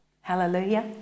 Hallelujah